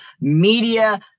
media